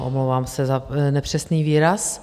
Omlouvám se za nepřesný výraz.